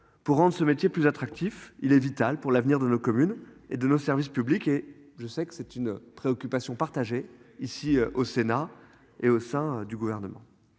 pour rendre ce métier plus attractif. Il est vital pour l'avenir de la commune et de nos services publics et je sais que c'est une préoccupation partagée ici au Sénat et au sein du gouvernement.